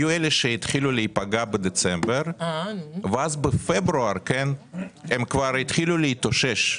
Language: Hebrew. היו כאלה שהתחילו להיפגע בדצמבר ובפברואר הם כבר התחילו להתאושש.